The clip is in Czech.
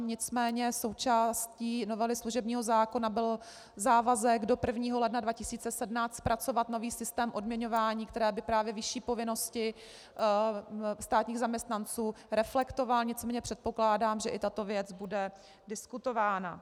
Nicméně součástí novely služebního zákona byl závazek do 1. ledna 2017 zpracovat nový systém odměňování, který by právě vyšší povinnosti státních zaměstnanců reflektoval, nicméně předpokládám, že i tato věc bude diskutována.